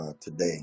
today